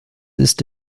ist